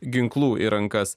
ginklų į rankas